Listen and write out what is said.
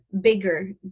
bigger